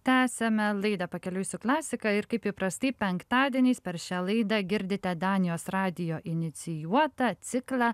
tęsiame laidą pakeliui su klasika ir kaip įprastai penktadieniais per šią laidą girdite danijos radijo inicijuotą ciklą